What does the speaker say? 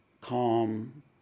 Calm